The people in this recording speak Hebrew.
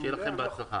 שיהיה לכם בהצלחה.